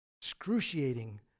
excruciating